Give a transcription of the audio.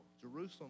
Jerusalem